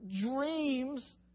dreams